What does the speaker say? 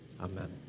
Amen